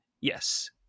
yes